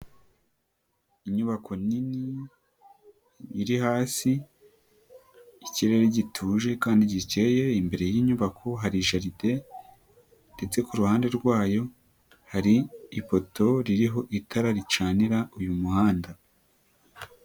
Inyubako nini iri hasi, ikirere gituje kandi gikeye, imbere y'inyubako hari jaride ndetse ku ruhande rwayo hari ipoto ririho itara ricanira uyu muhanda.